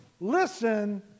listen